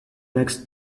next